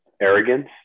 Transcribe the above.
Arrogance